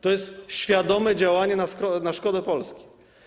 To jest świadome działanie na szkodę Polski.